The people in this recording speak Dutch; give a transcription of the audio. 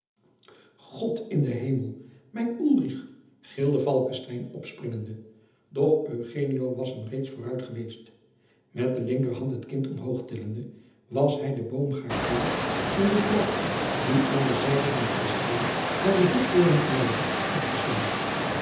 god in den hemel mijn ulrich gilde falckestein opspringende doch eugenio was hem reeds vooruit geweest met de linkerhand het kind omhoog tillende was hij den boomgaard door en de pleegzoon den trap die aan de zijde van het kasteel naar den hoektoren geleidde opgesneld